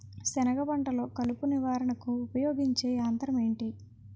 సెనగ పంటలో కలుపు నివారణకు ఉపయోగించే యంత్రం ఏంటి?